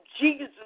Jesus